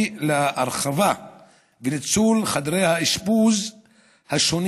להרחבה וניצול של חדרי האשפוז השונים